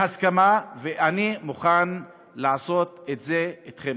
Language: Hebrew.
בהסכמה, ואני מוכן לעשות את זה אתכם.